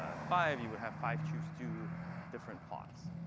ah five, you would have five, choose two different plots.